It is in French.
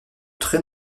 très